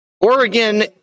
Oregon